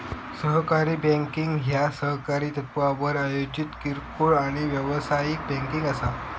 सहकारी बँकिंग ह्या सहकारी तत्त्वावर आयोजित किरकोळ आणि व्यावसायिक बँकिंग असा